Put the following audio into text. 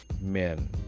men